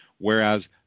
Whereas